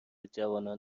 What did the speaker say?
جوانان